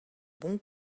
bon